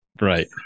Right